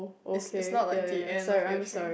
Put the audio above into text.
is is not like the end of year three